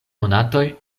monatoj